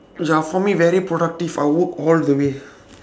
ya for me very productive I work all the way